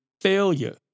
failure